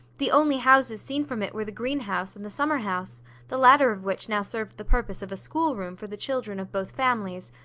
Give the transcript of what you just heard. the only houses seen from it were the greenhouse and the summerhouse the latter of which now served the purpose of a schoolroom for the children of both families,